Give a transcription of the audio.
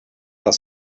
das